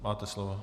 Máte slovo.